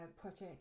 project